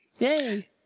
Yay